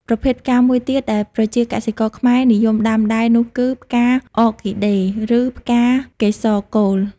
ប្រភេទផ្កាមួយទៀតដែលប្រជាកសិករខ្មែរនិយមដាំដែរនោះគឺ ផ្កា អ័រគីដេ ឬ ផ្កាកេសរកូល។